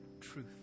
truth